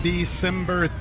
December